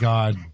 God